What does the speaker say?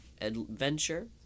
adventure